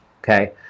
okay